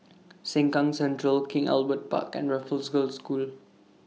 Sengkang Central King Albert Park and Raffles Girls' School